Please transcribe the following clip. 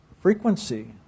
frequency